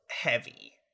heavy